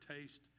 taste